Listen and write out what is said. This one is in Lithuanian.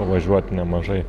nuvažiuot nemažai